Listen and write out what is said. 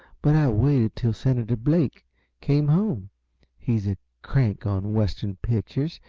but i waited till senator blake came home he's a crank on western pictures,